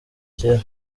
cyera